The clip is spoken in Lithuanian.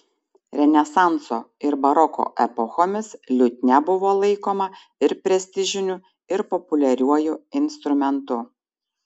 renesanso ir baroko epochomis liutnia buvo laikoma ir prestižiniu ir populiariuoju instrumentu